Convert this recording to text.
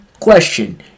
Question